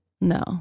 No